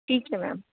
ठीक है मैम